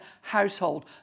household